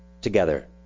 together